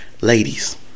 Ladies